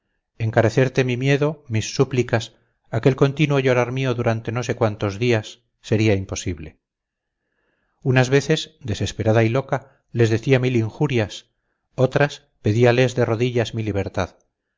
encarecerte mi miedo mis súplicas aquel continuo llorar mío durante no sé cuántos días sería imposible unas veces desesperada y loca les decía mil injurias otras pedíales de rodillas mi libertad